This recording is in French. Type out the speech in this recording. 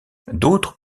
d’autres